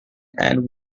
and